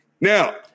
Now